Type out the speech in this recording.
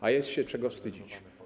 A jest się czego wstydzić.